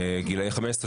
גילאי 15,